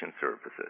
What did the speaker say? services